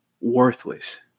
worthless